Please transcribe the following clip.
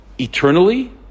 eternally